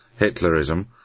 Hitlerism